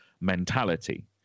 mentality